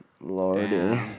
Lordy